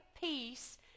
peace